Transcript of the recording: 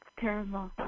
Terrible